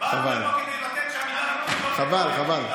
באנו לפה כדי שהאמירה הזאת לא, חבל, חבל,